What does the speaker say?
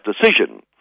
decision